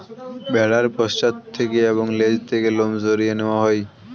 ভেড়ার পশ্চাৎ থেকে এবং লেজ থেকে লোম সরিয়ে নেওয়া হয়